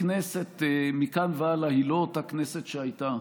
הכנסת מכאן והלאה היא לא אותה כנסת שהייתה,